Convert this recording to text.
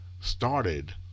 started